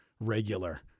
regular